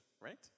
right